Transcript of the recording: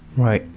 right.